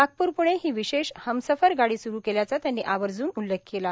नागपूर पूणे ही विशेष हमसफर गाडी स्रू केल्याचा त्यांनी आवर्जून उल्लेख केला